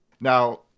Now